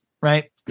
right